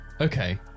Okay